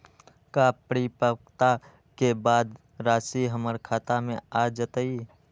का परिपक्वता के बाद राशि हमर खाता में आ जतई?